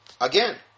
Again